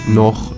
noch